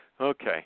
Okay